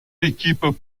équipes